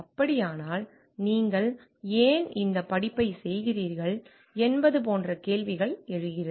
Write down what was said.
அப்படியானால் நீங்கள் ஏன் இந்த படிப்பை செய்கிறீர்கள் என்பது போன்ற கேள்விகள் எழுகிறது